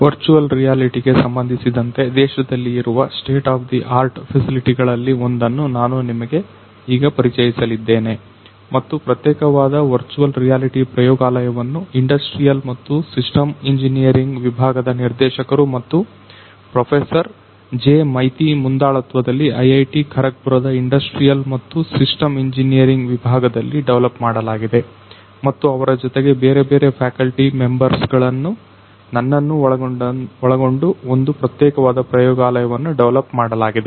virtual ರಿಯಾಲಿಟಿಗೆ ಸಂಬಂಧಿಸಿದಂತೆ ದೇಶದಲ್ಲಿ ಇರುವ state of the art facility ಗಳಲ್ಲಿ ಒಂದನ್ನು ನಾನು ನಿಮಗೆ ಈಗ ಪರಿಚಯಿಸಲಿದ್ದೇವೆ ಮತ್ತು ಪ್ರತ್ಯೇಕವಾದ ವರ್ಚುವಲ್ ರಿಯಾಲಿಟಿ ಪ್ರಯೋಗಾಲಯವನ್ನು ಇಂಡಸ್ಟ್ರಿಯಲ್ ಮತ್ತು ಸಿಸ್ಟಮ್ ಇಂಜಿನಿಯರಿಂಗ್ ವಿಭಾಗದ ನಿರ್ದೇಶಕರು ಮತ್ತು ಪ್ರೊಫೆಸರ್ ಜೆ ಮೈತಿ ಮುಂದಾಳತ್ವದಲ್ಲಿ ಐಐಟಿ ಖರಗ್ ಪುರದ ಇಂಡಸ್ಟ್ರಿಯಲ್ ಮತ್ತು ಸಿಸ್ಟಮ್ ಇಂಜಿನಿಯರಿಂಗ್ ವಿಭಾಗದಲ್ಲಿ ಡೆವಲಪ್ ಮಾಡಲಾಗಿದೆ ಮತ್ತು ಅವರ ಜೊತೆಗೆ ಬೇರೆ ಬೇರೆ ಫ್ಯಾಕಲ್ಟಿ ಮೆಂಬರ್ಸ್ ನನ್ನನ್ನು ಒಳಗೊಂಡು ಒಂದು ಪ್ರತ್ಯೇಕವಾದ ಪ್ರಯೋಗಾಲಯವನ್ನು ಡೆವಲಪ್ ಮಾಡಲಾಗಿದೆ